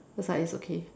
I was like it's okay